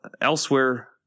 Elsewhere